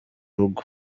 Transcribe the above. rugo